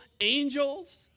angels